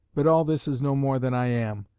but all this is no more than i am,